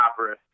opera